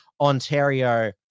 Ontario